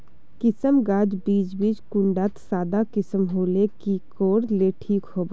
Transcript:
किसम गाज बीज बीज कुंडा त सादा किसम होले की कोर ले ठीक होबा?